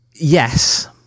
Yes